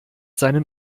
seinen